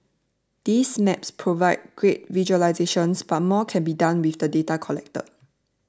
these maps provide great visualisations but more can be done with the data collected